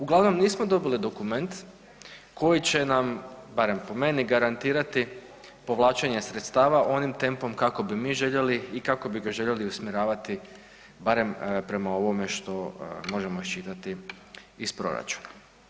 Uglavnom nismo dobili dokument koji će nam, barem po meni garantirati povlačenje sredstava onim tempom kako bi mi željeli i kako bi ga željeli usmjeravati barem prema ovome što možemo iščitati iz proračuna.